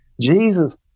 Jesus